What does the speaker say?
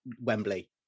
Wembley